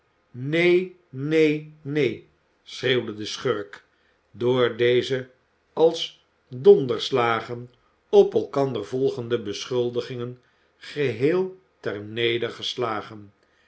neen neen neen schreeuwde de schurk door deze als donderslagen op elkander volgende beschuldigingen geheel